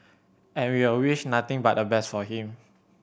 and we'll wish nothing but the best for him